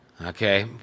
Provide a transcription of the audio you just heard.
Okay